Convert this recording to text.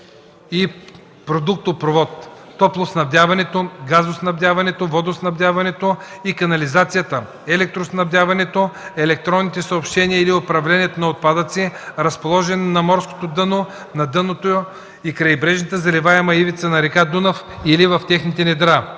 и продуктопровод), топлоснабдяването, газоснабдяването, водоснабдяването и канализацията, електроснабдяването, електронните съобщения или управлението на отпадъци, разположен на морското дъно, на дъното и крайбрежната заливаема ивица на река Дунав или в техните недра.